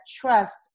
trust